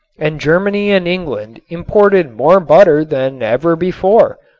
and germany and england imported more butter than ever before.